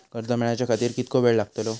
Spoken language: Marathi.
कर्ज मेलाच्या खातिर कीतको वेळ लागतलो?